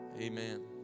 Amen